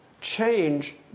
change